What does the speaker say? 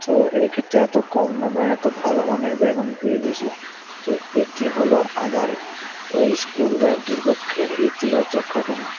তো এই ক্ষেত্রে এতো কম দামে এতো ভালো মানের ব্যাগ আমি পেয়ে গেছি তো এটি হলো আমার ওই স্কুল ব্যাগটির পক্ষে ইতিবাচক ঘটনা